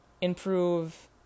improve